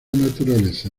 naturaleza